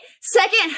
second